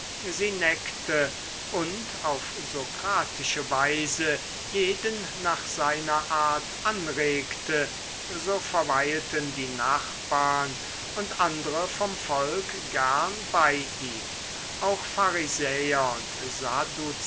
und auf sokratische weise jeden nach seiner art anregte so verweilten die nachbarn und andre vom volk gern bei ihm auch pharisäer und